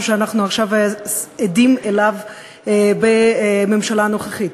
שעכשיו אנחנו עדים לו בממשלה הנוכחית.